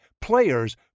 players